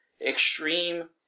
extreme